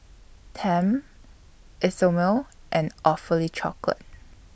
Tempt Isomil and Awfully Chocolate